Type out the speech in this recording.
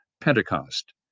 Pentecost